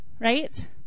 right